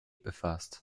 befasst